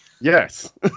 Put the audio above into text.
Yes